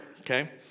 okay